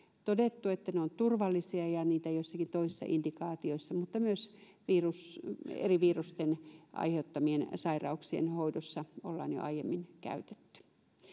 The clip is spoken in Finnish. todettu että ne ovat turvallisia ja joita joissakin toisissa indikaatioissa mutta myös eri virusten aiheuttamien sairauksien hoidossa ollaan jo aiemmin käytetty